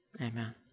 Amen